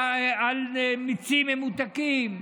על מיצים ממותקים,